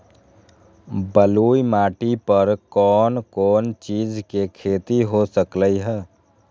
बलुई माटी पर कोन कोन चीज के खेती हो सकलई ह?